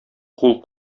кул